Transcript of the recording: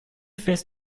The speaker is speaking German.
fährst